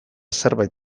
zerbait